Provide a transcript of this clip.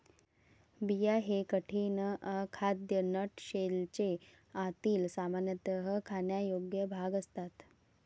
बिया हे कठीण, अखाद्य नट शेलचे आतील, सामान्यतः खाण्यायोग्य भाग असतात